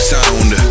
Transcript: Sound